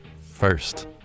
first